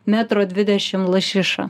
metro dvidešimt lašišą